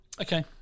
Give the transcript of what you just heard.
Okay